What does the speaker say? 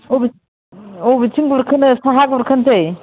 बबेथि बबेथिं गुरखोनो साहा गुरखोनोसै